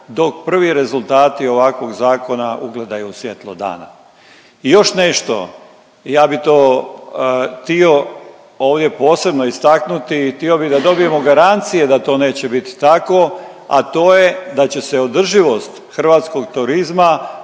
dok prvi rezultati ovakvog zakona ugledaju svjetlo dana i još nešto. Ja bih to htio ovdje posebno istaknuti, htio bih da dobijemo garancije to da neće biti tako, a to je da će se održivost hrvatskog turizma